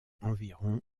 environ